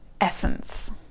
essence